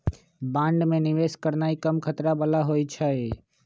bond में निवेश करनाइ कम खतरा बला होइ छइ